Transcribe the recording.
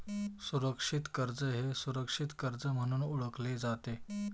सुरक्षित कर्ज हे सुरक्षित कर्ज म्हणून ओळखले जाते